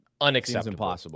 Unacceptable